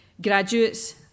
graduates